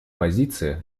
позиция